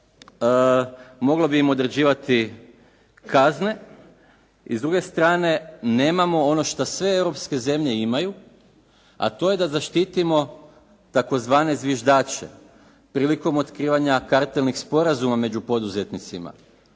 moglo bi im određivati kazne i s druge strane nemamo ono što sve europske zemlje imaju, a to je da zaštitimo tzv. zviždače prilikom otkrivanja kartelnih sporazuma među poduzetnicima.